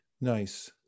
nice